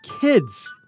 kids